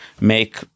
make